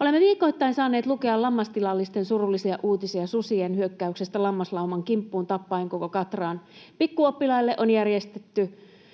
Olemme viikoittain saaneet lukea lammastilallisten surullisia uutisia susien hyökkäyksestä lammaslauman kimppuun tappaen koko katraan. Pikkuoppilaille on järjestetty